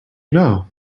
know